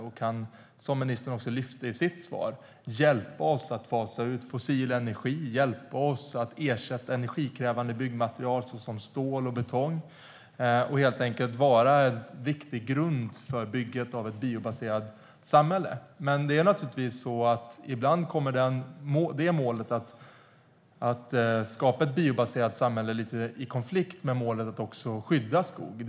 Den kan, som ministern också lyfte fram i sitt svar, hjälpa oss att fasa ut fossil energi och ersätta energikrävande byggmaterial som stål och betong och helt enkelt vara en viktig grund för bygget av ett biobaserat samhälle. Men målet att skapa ett biobaserat samhälle kommer naturligtvis ibland i konflikt med målet att skydda skogen.